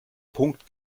punkt